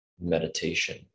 meditation